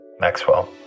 Maxwell